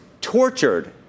tortured